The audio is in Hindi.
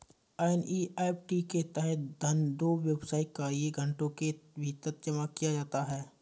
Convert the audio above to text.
एन.ई.एफ.टी के तहत धन दो व्यावसायिक कार्य घंटों के भीतर जमा किया जाता है